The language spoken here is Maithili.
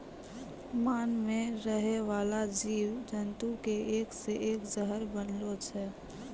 मान मे रहै बाला जिव जन्तु के एक से एक जहर बनलो छै